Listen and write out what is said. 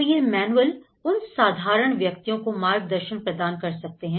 तो यह मैनुअल उन साधारण व्यक्तियों को मार्गदर्शन प्रदान कर सकते हैं